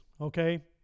okay